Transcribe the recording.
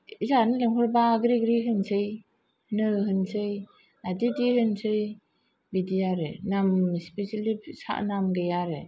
जानो लिंहरब्ला ग्रि ग्रि होनसै नो होनसै आ दि दि होनसै बिदि आरो नाम स्पिसेलि नाम गैया आरो